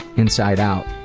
inside out,